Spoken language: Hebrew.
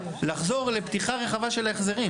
לחזור לפתיחה רחבה של ההסכמים,